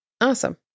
Awesome